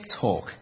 talk